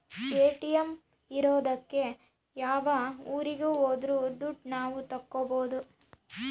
ATM ಇರೋದಕ್ಕೆ ಯಾವ ಊರಿಗೆ ಹೋದ್ರು ದುಡ್ಡು ನಾವ್ ತಕ್ಕೊಬೋದು